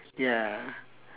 ya